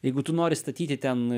jeigu tu nori statyti ten